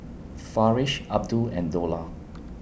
Farish Abdul and Dollah